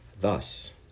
Thus